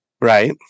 Right